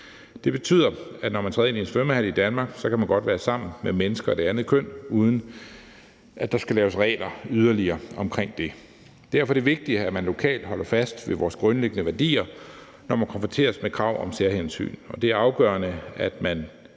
Det betyder, at når man træder ind i en svømmehal i Danmark, kan man godt være sammen med mennesker af det andet køn, uden at der skal laves yderligere regler omkring det. Derfor er det vigtigt, at man lokalt holder fast ved vores grundlæggende værdier, når man konfronteres med krav om særhensyn, og det er afgørende, at man